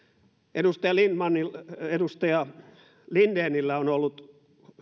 edustaja lindenillä edustaja lindenillä on ollut